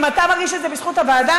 אם אתה מרגיש שזה בזכות הוועדה,